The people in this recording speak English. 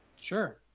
Sure